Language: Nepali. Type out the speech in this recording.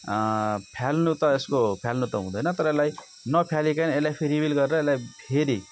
फाल्नु त यसको फाल्नु त हुँदैन तर यसलाई नफालीकन यसलाई फेरि गरेर यसलाई फेरि